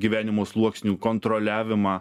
gyvenimo sluoksnių kontroliavimą